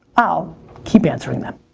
i'll keep answering them.